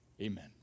amen